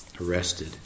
arrested